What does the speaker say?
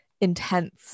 intense